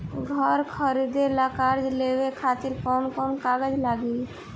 घर खरीदे ला कर्जा लेवे खातिर कौन कौन कागज लागी?